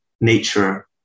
nature